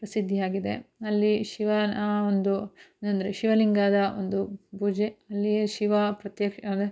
ಪ್ರಸಿದ್ಧಿಯಾಗಿದೆ ಅಲ್ಲಿ ಶಿವ ಒಂದು ಅಂದರೆ ಶಿವಲಿಂಗದ ಒಂದು ಪೂಜೆ ಅಲ್ಲಿಯೇ ಶಿವ ಪ್ರತ್ಯಕ್ಷ ಅದೇ